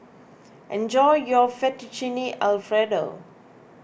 enjoy your Fettuccine Alfredo